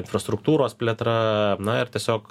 infrastruktūros plėtra na ir tiesiog